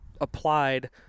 applied